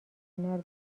کنار